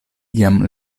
jam